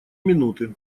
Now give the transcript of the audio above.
минуты